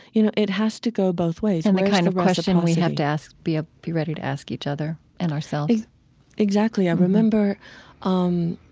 you know, it has to go both ways and the kind of question we have to ask be ah be ready to ask each other and ourselves exactly. i remember um